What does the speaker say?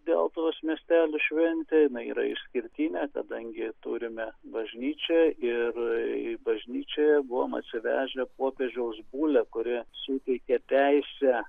deltuvos miestelio šventė jinai yra išskirtinė kadangi turime bažnyčią ir bažnyčioje buvom atsivežę popiežiaus bulę kuri suteikė teisę